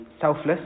selfless